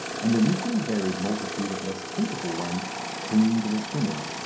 and an equally varied multitude of less capable ones clinging to the swimmers,